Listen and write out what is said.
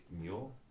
Mule